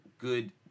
good